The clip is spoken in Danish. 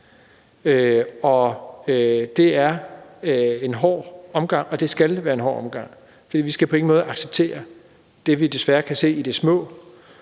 Det er en hård omgang, og det skal være en hård omgang, for vi skal på ingen måde acceptere det, vi desværre kan se i det små,